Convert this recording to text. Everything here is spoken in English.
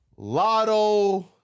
Lotto